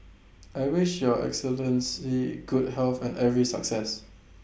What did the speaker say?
I wish your Excellency the good health and every success